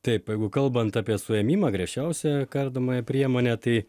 taip jeigu kalbant apie suėmimą griežčiausią kardomąją priemonę tai